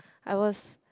I was